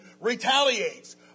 retaliates